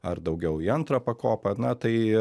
ar daugiau į antrą pakopą na tai